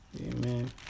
Amen